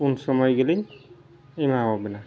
ᱩᱱ ᱥᱚᱢᱚᱭᱜᱮᱞᱤᱧ ᱮᱢᱟᱣᱟᱵᱮᱱᱟ